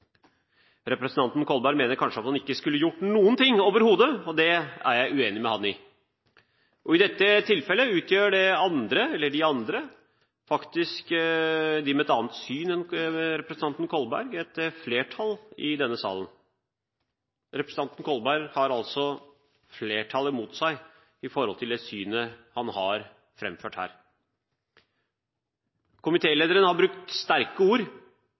Representanten Kolberg mener kanskje at man overhodet ikke skulle gjort noe. Det er jeg uenig med ham i. I dette tilfellet utgjør vi andre, som har et annet syn enn representanten Kolberg, et flertall i denne salen. Representanten Kolberg har altså flertallet mot seg når det gjelder det synet han har framført her. Komitélederen har brukt sterke ord.